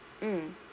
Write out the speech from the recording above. mm